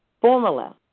formula